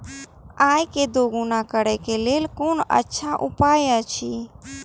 आय के दोगुणा करे के लेल कोन अच्छा उपाय अछि?